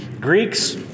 Greeks